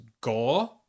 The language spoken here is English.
gore